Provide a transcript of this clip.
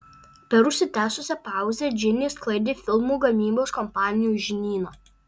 per užsitęsusią pauzę džinė sklaidė filmų gamybos kompanijų žinyną